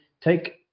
take